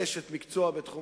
אשת מקצוע בתחום